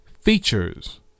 Features